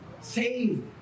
Save